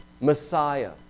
Messiah